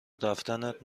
رفتنت